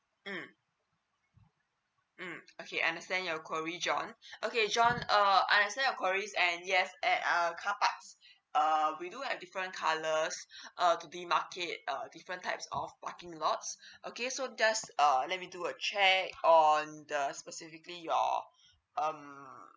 mm okay understand your query john okay john uh I understand your queries and yes at a car parks uh we do a different colours uh to the market uh different types of parking lots okay so just err let me do a check on the specifically your um